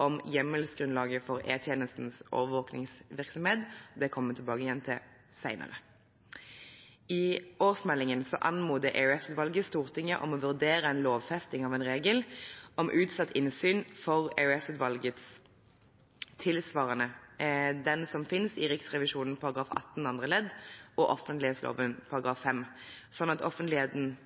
om hjemmelsgrunnlaget for E-tjenestens overvåkningsvirksomhet. Det kommer vi tilbake til senere. I årsmeldingen anmoder EOS-utvalget Stortinget om å vurdere en lovfesting av en regel om utsatt innsyn for EOS-utvalget tilsvarende den som finnes i riksrevisjonsloven § 18 andre ledd og offentlighetsloven § 5, slik at